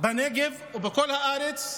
בנגב ובכל הארץ.